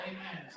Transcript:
Amen